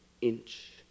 inch